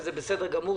וזה בסדר גמור,